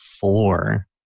four